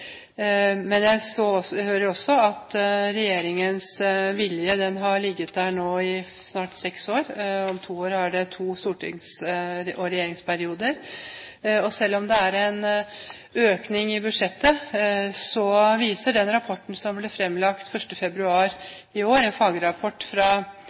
Jeg hører også at regjeringen har hatt en vilje her i snart seks år – om to år er det to stortings- og regjeringsperioder. Selv om det er en økning i budsjettet, viser prognosene i den rapporten som ble fremlagt